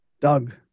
Doug